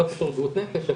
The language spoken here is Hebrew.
לא קשור לבריאות הנפש,